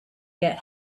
get